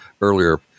earlier –